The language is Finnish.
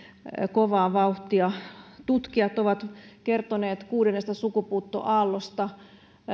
kovaa vauhtia tutkijat ovat kertoneet kuudennesta sukupuuttoaallosta